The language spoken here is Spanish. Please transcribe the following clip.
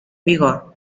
vigor